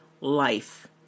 life